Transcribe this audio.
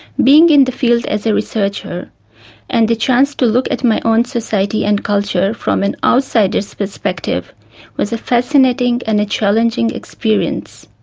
being in the field as a researcher and the chance to look at my own society and culture from an outsider's perspective was a fascinating and a challenging experience.